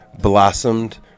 blossomed